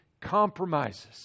compromises